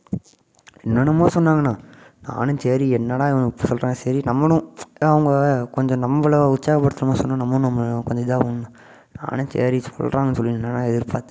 என்னென்னமோ சொன்னாங்கண்ணா நானும் சரி என்னாடா இவன் இப்படி சொல்கிறான் சரி நம்மளும் இதே அவங்க கொஞ்சம் நம்பளை உற்சாகப்படுத்தற மாதிரி சொன்னால் நம்மளும் நம்ம கொஞ்சம் இதாவோம் நானும் சரி சொல்றாங்கன்னு சொல்லிட்டு என்னடா இதுனு பார்த்தேன்